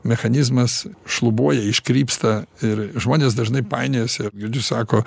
mechanizmas šlubuoja iškrypsta ir žmonės dažnai painiojasi ir girdžiu sako